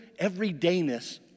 everydayness